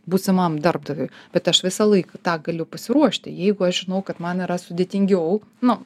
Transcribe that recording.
būsimam darbdaviui bet aš visąlaik tą galiu pasiruošti jeigu aš žinau kad man yra sudėtingiau nu